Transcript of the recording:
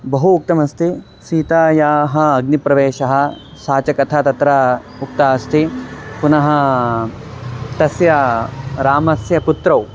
बहु उक्तमस्ति सीतायाः अग्निप्रवेशः सा च कथा तत्र उक्ता अस्ति पुनः तस्य रामस्य पुत्रौ